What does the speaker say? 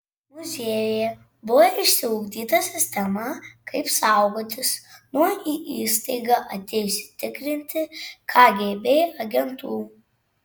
muziejuje buvo išsiugdyta sistema kaip saugotis nuo į įstaigą atėjusių tikrinti kgb agentų